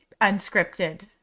unscripted